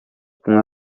kumwe